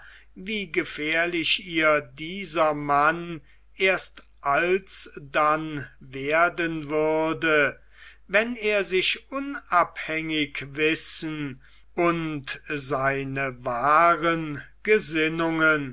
wie gefährlich ihr dieser mann erst alsdann werden würde wenn er sich unabhängig wissen und seine wahren gesinnungen